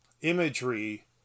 imagery